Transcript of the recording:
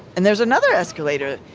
and there's another escalator!